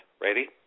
ready